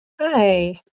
Hi